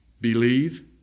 Believe